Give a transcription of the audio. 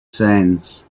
sands